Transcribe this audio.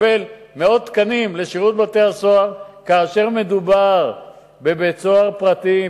לקבל מאות תקנים לשירות בתי-הסוהר כאשר מדובר בבית-סוהר פרטי,